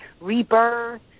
rebirth